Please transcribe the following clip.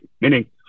meaning